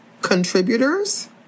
contributors